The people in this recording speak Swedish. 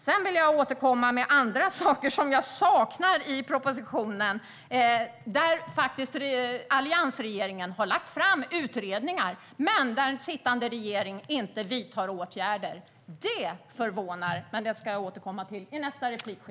Sedan vill jag återkomma med andra saker som jag saknar i propositionen och som alliansregeringen gjorde utredningar om men där sittande regering inte vidtar åtgärder. Det förvånar, men det ska jag återkomma till i nästa replik.